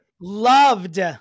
Loved